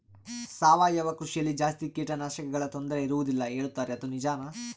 ಸಾವಯವ ಕೃಷಿಯಲ್ಲಿ ಜಾಸ್ತಿ ಕೇಟನಾಶಕಗಳ ತೊಂದರೆ ಇರುವದಿಲ್ಲ ಹೇಳುತ್ತಾರೆ ಅದು ನಿಜಾನಾ?